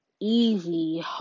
easy